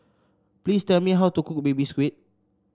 please tell me how to cook Baby Squid